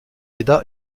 aida